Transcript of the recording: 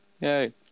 Yay